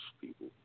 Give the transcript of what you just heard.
people